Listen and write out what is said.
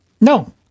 No